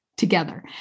together